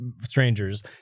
strangers